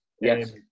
yes